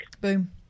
Boom